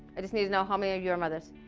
i just need to know how many of your are mothers.